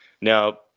Now